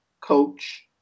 coach